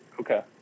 Okay